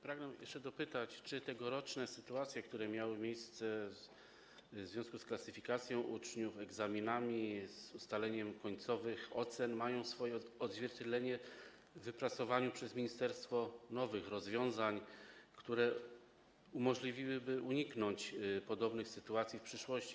Pragnę jeszcze dopytać, czy tegoroczne sytuacje, które miały miejsce w związku z klasyfikacją uczniów, egzaminami, ustalaniem końcowych ocen, mają swoje odzwierciedlenie w postaci wypracowania przez ministerstwo nowych rozwiązań, które umożliwiłyby uniknięcie podobnych sytuacji w przyszłości.